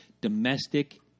domestic